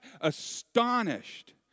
Astonished